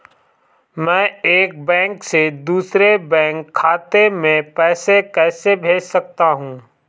मैं एक बैंक से दूसरे बैंक खाते में पैसे कैसे भेज सकता हूँ?